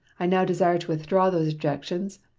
i now desire to withdraw those objections,